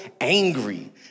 angry